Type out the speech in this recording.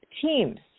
teams